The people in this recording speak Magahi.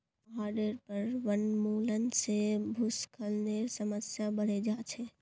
पहाडेर पर वनोन्मूलन से भूस्खलनेर समस्या बढ़े जा छे